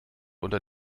unter